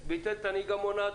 הוא ביטל את הנהיגה המונעת,